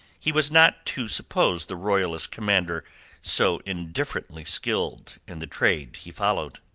he was not to suppose the royalist commander so indifferently skilled in the trade he followed.